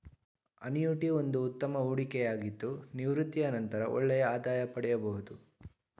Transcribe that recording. annuity ಒಂದು ಉತ್ತಮ ಹೂಡಿಕೆಯಾಗಿದ್ದು ನಿವೃತ್ತಿಯ ನಂತರ ಒಳ್ಳೆಯ ಆದಾಯ ಪಡೆಯಬಹುದು